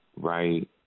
right